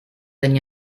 than